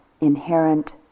inherent